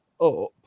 up